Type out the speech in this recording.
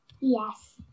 Yes